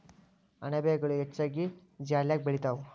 ಅಣಬೆಗಳು ಹೆಚ್ಚಾಗಿ ಜಾಲ್ಯಾಗ ಬೆಳಿತಾವ